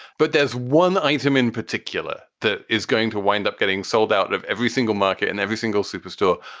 but there's one item in particular that is going to wind up getting sold out of every single market and every single superstore.